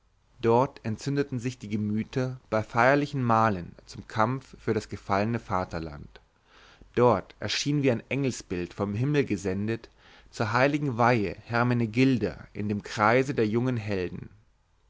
dort entzündeten sich die gemüter bei feierlichen mahlen zum kampf für das gefallene vaterland dort erschien wie ein engelsbild vom himmel gesendet zur heiligen weihe hermenegilda in dem kreise der jungen helden